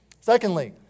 Secondly